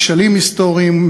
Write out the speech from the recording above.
כשלים היסטוריים,